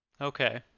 Okay